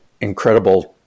incredible